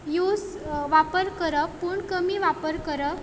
use वापर करप पूण कमी वापर करप